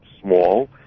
small